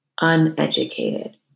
uneducated